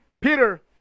Peter